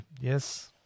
yes